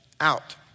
out